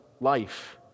life